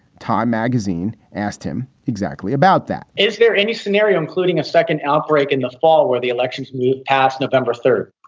time magazine asked him exactly about that is there any scenario, including a second outbreak in the fall where the election may be asked november third?